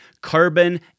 Carbon